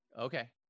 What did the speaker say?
okay